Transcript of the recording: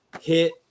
Hit